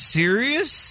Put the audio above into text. serious